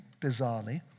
bizarrely